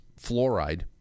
fluoride